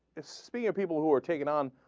espy a people who are taking on